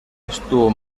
estuvo